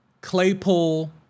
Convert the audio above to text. Claypool